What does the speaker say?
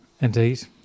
Indeed